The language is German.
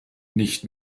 nicht